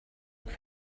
what